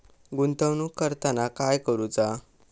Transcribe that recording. गुंतवणूक करताना काय करुचा?